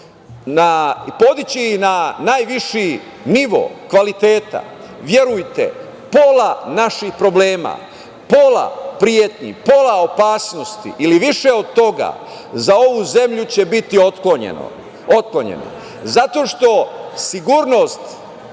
i podići ih na najviši nivo kvaliteta, verujte, pola naših problema, pola pretnji, pola opasnosti ili više od toga za ovu zemlju će biti otklonjeno zato što sigurnost